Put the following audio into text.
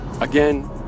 Again